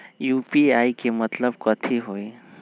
UPI के मतलब कथी होई?